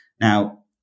Now